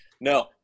No